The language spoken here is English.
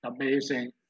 amazing